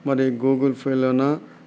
మరి Google Pay లోనా